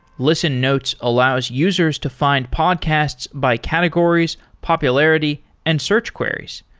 listen notes allows users to find podcasts by categories, popularity and search queries.